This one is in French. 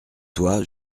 toi